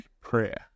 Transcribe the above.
prayer